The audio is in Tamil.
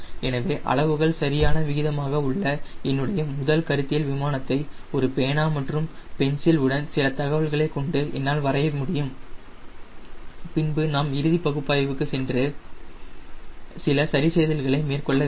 எனவே அளவுகள் சரியான விகிதமாக உள்ள என்னுடைய முதல் கருத்தியல் விமானத்தை ஒரு பேனா மற்றும் பென்சில் உடன் சில தகவல்களை கொண்டு என்னால் வரைய முடியவேண்டும் பின்பு நாம் இறுதி பகுப்பாய்வுக்கு சென்று சில சரிசெய்தல்களை மேற்கொள்ள வேண்டும்